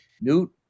Newt